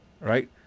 right